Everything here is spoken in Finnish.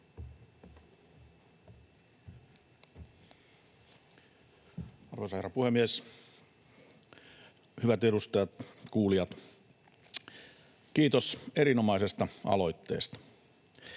Arvoisa herra puhemies, hyvät edustajat ja kuulijat! Kiitos erinomaisesta aloitteesta.